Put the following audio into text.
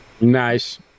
Nice